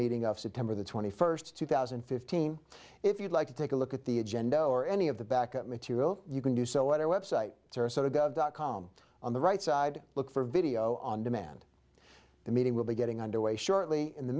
meeting of september the twenty first two thousand and fifteen if you'd like to take a look at the agenda or any of the backup material you can do so at our website sarasota gov dot com on the right side look for video on demand the meeting will be getting underway shortly in the